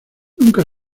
nunca